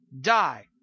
die